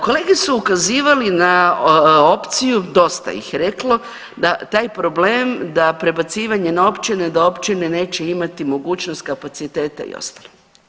Kolege su ukazivali na opciju dosta ih je reklo na taj problem da prebacivanje na općine da općine neće imati mogućnost kapaciteta i ostalo.